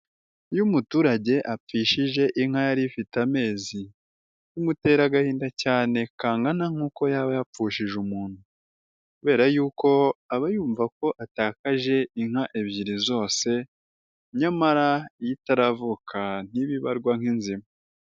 Iyo umuturage amfishije inka yari ifite amezi, bimutera agahinda cyane kangana nk'uko yaba yapfushije umuntu, kubera yuko aba yumva ko atakaje inka ebyiri zose ,nyamara iyo itaravuka ntiba ibarwa nk'inzima.